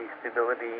stability